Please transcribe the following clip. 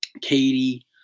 Katie